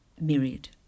myriad